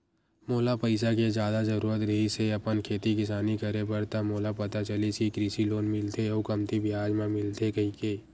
मोला पइसा के जादा जरुरत रिहिस हे अपन खेती किसानी करे बर त मोला पता चलिस कि कृषि लोन मिलथे अउ कमती बियाज म मिलथे कहिके